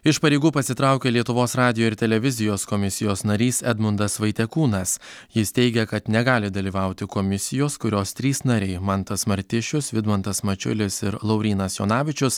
iš pareigų pasitraukė lietuvos radijo ir televizijos komisijos narys edmundas vaitekūnas jis teigia kad negali dalyvauti komisijos kurios trys nariai mantas martišius vidmantas mačiulis ir laurynas jonavičius